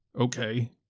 okay